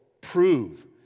prove